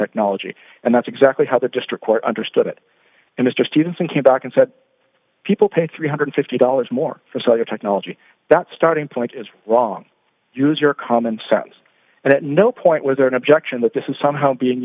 technology and that's exactly how the district court understood it and mr stevenson came back and said people pay three hundred and fifty dollars more for solar technology that's starting point is wrong use your common sense and at no point was there an objection that this is somehow being